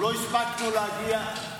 עוד לא הספקנו להגיע,